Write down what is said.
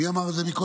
מי אמר קודם